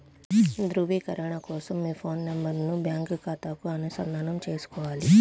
ధ్రువీకరణ కోసం మీ ఫోన్ నెంబరును బ్యాంకు ఖాతాకు అనుసంధానం చేసుకోవాలి